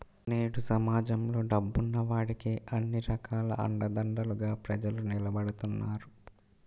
నేడు సమాజంలో డబ్బున్న వాడికే అన్ని రకాల అండదండలుగా ప్రజలందరూ నిలబడుతున్నారు